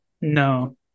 No